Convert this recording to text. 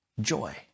joy